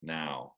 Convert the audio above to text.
now